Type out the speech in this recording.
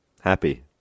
Happy